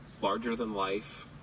larger-than-life